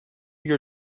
your